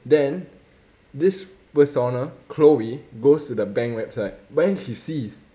then this persona chloe goes to the bank website but then she sees